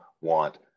want